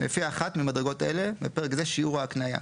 לפי אחת ממדרגות אלה (בפרק זה שיעור ההקניה):